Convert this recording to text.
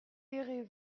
irez